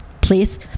please